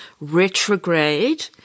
retrograde